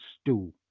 stew